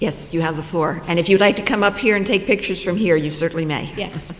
yes you have the floor and if you'd like to come up here and take pictures from here you certainly may ye